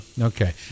okay